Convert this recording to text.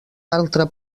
altre